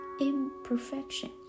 imperfection